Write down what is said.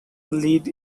lead